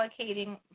allocating